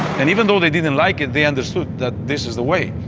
and even though they didn't like it, they understood that this is the way.